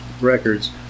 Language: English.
records